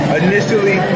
initially